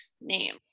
name